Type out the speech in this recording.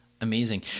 Amazing